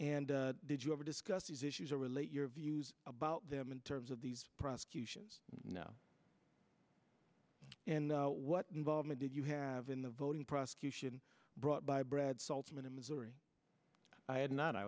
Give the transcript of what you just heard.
and did you ever discuss these issues or relate your views about them in terms of these prosecutions no and what involvement did you have in the voting prosecution brought by brad saltzman in missouri i had not i